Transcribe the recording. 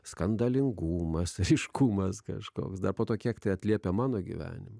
skandalingumas tas aiškumas kažkoks dar po to kiek tai atliepia mano gyvenime